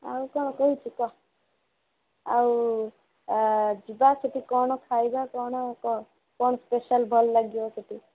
ଆଉ କ'ଣ କହୁଛୁ କହ ଆଉ ଯିବା ସେଠି କ'ଣ ଖାଇବା କ'ଣ କୁହ କ'ଣ ସ୍ପେସିଆଲ୍ ଭଲ ଲାଗିବ ସେଠି